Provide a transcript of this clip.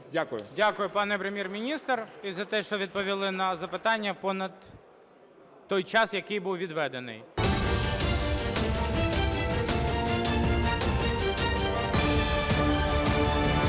Дякую, пане Прем'єр-міністр і за те, що відповіли на запитання понад той час, який був відведений.